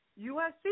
USC